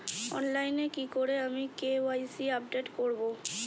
অনলাইনে কি করে আমি কে.ওয়াই.সি আপডেট করব?